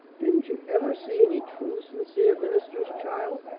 didn't you ever see any true, sincere ministers, child?